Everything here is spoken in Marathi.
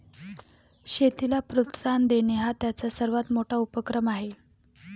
शेतीला प्रोत्साहन देणे हा त्यांचा सर्वात मोठा उपक्रम आहे